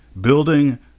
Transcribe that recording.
building